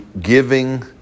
giving